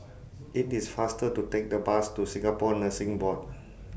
IT IS faster to Take The Bus to Singapore Nursing Board